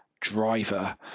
driver